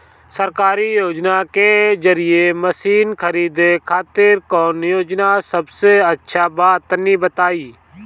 सरकारी योजना के जरिए मशीन खरीदे खातिर कौन योजना सबसे अच्छा बा तनि बताई?